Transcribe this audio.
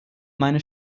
meine